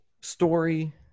story